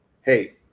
hey